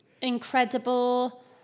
Incredible